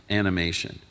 animation